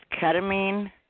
ketamine